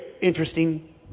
interesting